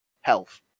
health